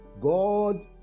God